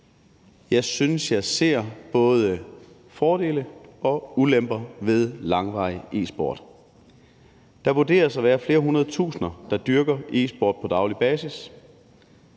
Jeg synes, at jeg ser både fordele og ulemper ved langvarig e-sport. Der vurderes at være flere hundrede tusinde, der dyrker e-sport på daglig basis.